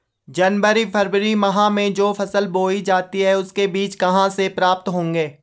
जनवरी फरवरी माह में जो फसल बोई जाती है उसके बीज कहाँ से प्राप्त होंगे?